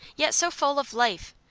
yet so full of life,